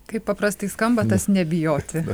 kaip paprastai skamba tas nebijoti